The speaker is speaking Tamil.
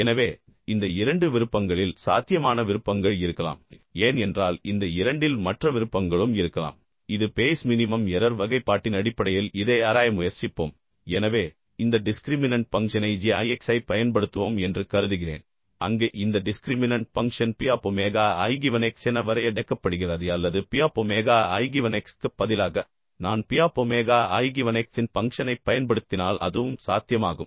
எனவே இந்த இரண்டு விருப்பங்களில் சாத்தியமான விருப்பங்கள் இருக்கலாம் ஏனென்றால் இந்த இரண்டில் மற்ற விருப்பங்களும் இருக்கலாம் இது பேய்ஸ் மினிமம் எரர் வகைப்பாட்டின் அடிப்படையில் இதை ஆராய முயற்சிப்போம் எனவே இந்த டிஸ்க்ரிமினன்ட் பங்க்ஷனை g i x ஐப் பயன்படுத்துவோம் என்று கருதுகிறேன் அங்கு இந்த discriminant function P of omega i given x என வரையறுக்கப்படுகிறது அல்லது P of omega i given x க்கு பதிலாக நான் P of omega i given x இன் பங்க்ஷனைப் பயன்படுத்தினால் அதுவும் சாத்தியமாகும்